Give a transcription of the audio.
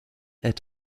est